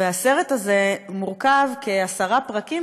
הסרט הזה מורכב מכעשרה פרקים,